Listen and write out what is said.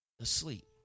asleep